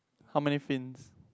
how many fins